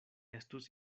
estus